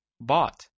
bought